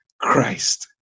Christ